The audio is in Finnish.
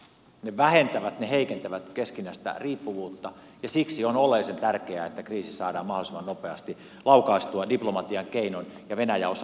ne vähentävät ne heikentävät keskinäistä riippuvuutta ja siksi on oleellisen tärkeää että kriisi saadaan mahdollisimman nopeasti laukaistua diplomatian keinoin ja venäjä osaamista käyttäen